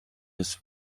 des